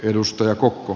edustaja kokko